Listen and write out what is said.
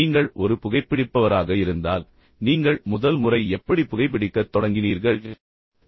நீங்கள் ஒரு புகைப்பிடிப்பவராக இருந்தால் நீங்கள் முதல் முறை எப்படி புகைபிடிக்கத் தொடங்கினீர்கள் என்பதை நினைவில் கொள்ளுங்கள்